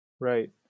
Right